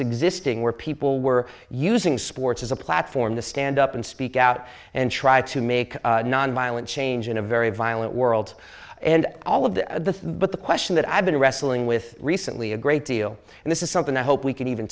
existing where people were using sports as a platform to stand up and speak out and try to make nonviolent change in a very violent world and all of the but the question that i've been wrestling with recently a great deal and this is something i hope we can even